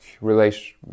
relation